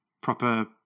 proper